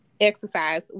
exercise